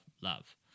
love